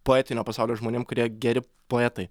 poetinio pasaulio žmonėm kurie geri poetai